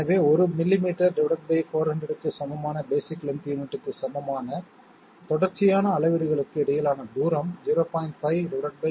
எனவே 1 மில்லிமீட்டர் 400 க்கு சமமான பேஸிக் லென்த் யூனிட்க்கு சமமான தொடர்ச்சியான அளவீடுகளுக்கு இடையிலான தூரம் 0